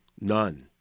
None